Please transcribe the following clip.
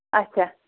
اچھا